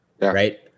right